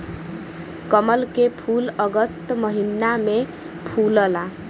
कमल के फूल अगस्त महिना में फुलला